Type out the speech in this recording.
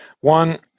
one